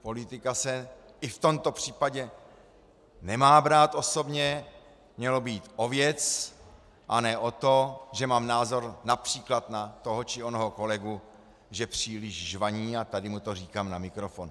Politika se i v tomto případě nemá brát osobně, mělo by jít o věc a ne o to, že mám názor například na toho či onoho kolegu, že příliš žvaní, a tady mu to říkám na mikrofon.